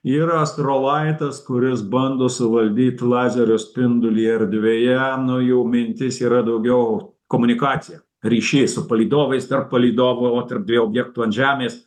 yra astrolaitas kuris bando suvaldyt lazerio spindulį erdvėje nu jų mintis yra daugiau komunikacija ryšiai su palydovais tarp palydovų o tarp dviejų objektų ant žemės